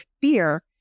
fear